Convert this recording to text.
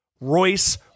Royce